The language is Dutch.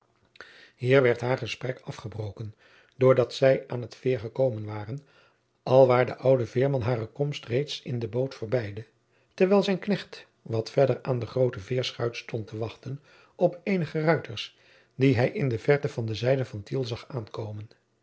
hier werd heur gesprek afgebroken doordat zij jacob van lennep de pleegzoon aan het veer gekomen waren alwaar de oude veerman hare komst reeds in zijn boot verbeidde terwijl zijn knecht wat verder aan de groote veerschuit stond te wachten op eenige ruiters die hij in de verte van de zijde van tiel zag aankomen